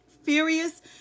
furious